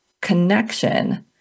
connection